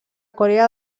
corea